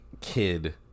kid